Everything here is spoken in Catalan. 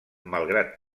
malgrat